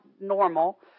normal